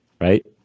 Right